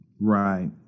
Right